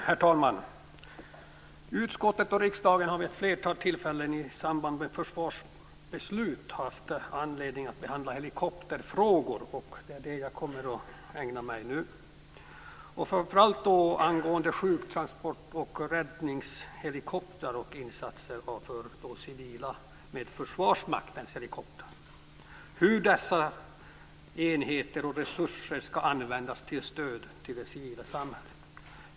Herr talman! Utskottet och riksdagen har vid ett flertal tillfällen i samband med försvarsbeslut haft anledning att behandla helikopterfrågor, och det kommer jag nu att ägna mig åt. Det gäller framför allt sjuktransport och räddningshelikoptrar, insatser för civila med Försvarsmaktens helikoptrar och hur dessa enheter och resurser skall användas till stöd för det civila samhället.